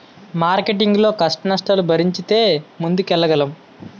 marketing లో కష్టనష్టాలను భరించితే ముందుకెళ్లగలం